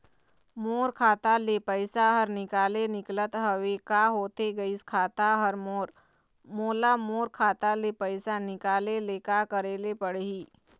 मोर खाता ले पैसा हर निकाले निकलत हवे, का होथे गइस खाता हर मोर, मोला मोर खाता ले पैसा निकाले ले का करे ले पड़ही?